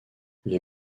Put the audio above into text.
les